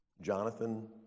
Jonathan